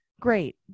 Great